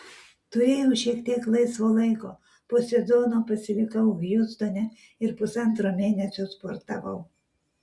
turėjau šiek tiek laisvo laiko po sezono pasilikau hjustone ir pusantro mėnesio sportavau